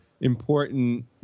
important